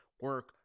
Work